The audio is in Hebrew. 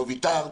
לא ויתרת,